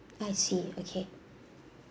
I see okay